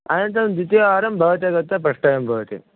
अनन्तरं द्वितीयवारं भवता गत्वा प्रष्टव्यं भवति